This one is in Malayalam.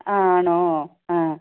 ആണോ ആ